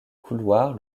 couloirs